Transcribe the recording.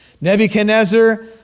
Nebuchadnezzar